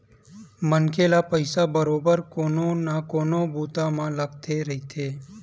मनखे ल पइसा बरोबर कोनो न कोनो बूता म लगथे रहिथे